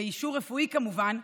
באישור רפואי כמובן,